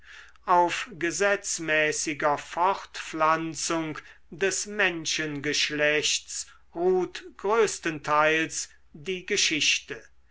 auf gesetzmäßiger fortpflanzung des menschengeschlechts ruht größtenteils die geschichte